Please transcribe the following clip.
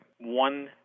one